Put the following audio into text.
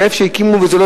וגם במקומות שהקימו וזה לא